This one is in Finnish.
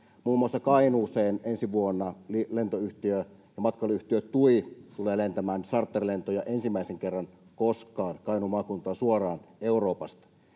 Muun muassa ensi vuonna lento- ja matkailuyhtiö TUI tulee lentämään charterlentoja ensimmäisen kerran koskaan Kainuun maakuntaan suoraan Euroopasta.